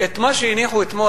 את מה שהניחו אתמול,